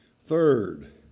Third